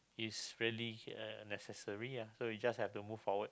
it's really uh necessary ya so you just have to move forward